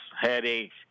headaches